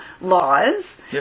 laws